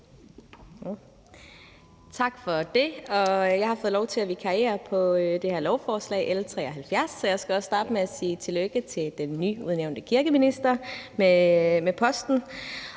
Tak for det. Jeg har fået lov til at vikariere på det her lovforslag, L 73, så jeg skal også starte med at sige tillykke til den nyudnævnte kirkeminister med posten.